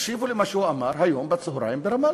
תקשיבו למה שהוא אמר היום בצהריים ברמאללה.